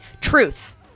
Truth